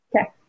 Okay